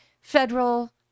federal